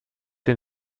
den